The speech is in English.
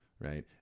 right